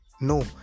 no